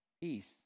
peace